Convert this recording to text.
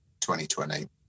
2020